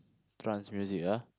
trance music ah